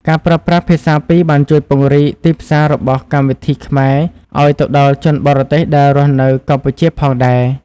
ការប្រើប្រាស់ភាសាពីរបានជួយពង្រីកទីផ្សាររបស់កម្មវិធីខ្មែរឱ្យទៅដល់ជនបរទេសដែលរស់នៅកម្ពុជាផងដែរ។